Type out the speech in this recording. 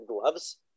gloves